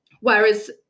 whereas